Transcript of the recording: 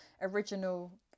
original